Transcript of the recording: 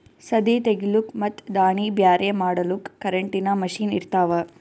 ಸದೀ ತೆಗಿಲುಕ್ ಮತ್ ದಾಣಿ ಬ್ಯಾರೆ ಮಾಡಲುಕ್ ಕರೆಂಟಿನ ಮಷೀನ್ ಇರ್ತಾವ